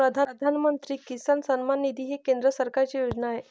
प्रधानमंत्री किसान सन्मान निधी ही केंद्र सरकारची योजना आहे